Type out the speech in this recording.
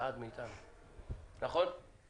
הצענו לכם את זה עוד לפני הצעת החוק.